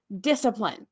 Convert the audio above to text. discipline